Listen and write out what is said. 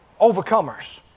overcomers